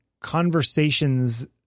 conversations